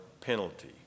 penalty